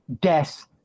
death